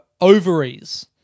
Ovaries